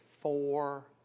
four